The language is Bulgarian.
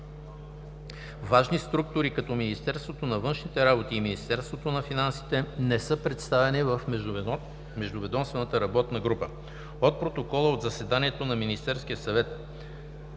Важни структури като Министерството на външните работи и Министерството на финансите не са представени в Междуведомствената работна група. От протокола от заседанието на Министерския съвет